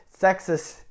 sexist